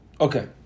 Okay